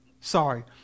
Sorry